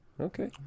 Okay